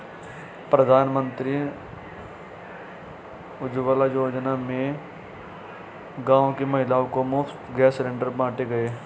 प्रधानमंत्री उज्जवला योजना में गांव की महिलाओं को मुफ्त गैस सिलेंडर बांटे गए